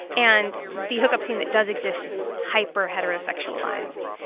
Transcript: and the hookup scene that does exist is hyper-heterosexualized.